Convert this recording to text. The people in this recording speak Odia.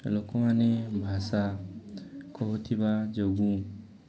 ଲୋକମାନେ ଭାଷା କହୁଥିବା ଯୋଗୁଁ